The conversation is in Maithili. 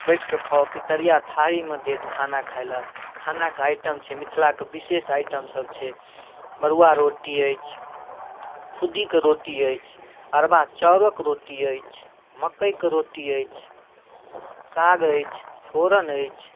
बैठिकऽ खाउ पितरिआ थारीमे देत खाना खाइलए खानाके आइटम छै मिथिलाके विशेष आइटमसब छै मड़ुआ रोटी अछि खुद्दीके रोटी अछि अरबा चाउरके रोटी अछि मकइके रोटी अछि साग अछि फोरन अछि